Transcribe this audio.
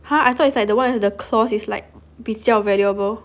!huh! I thought it's like the one with the claws is like 比较 valuable